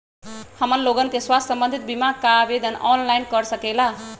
हमन लोगन के स्वास्थ्य संबंधित बिमा का आवेदन ऑनलाइन कर सकेला?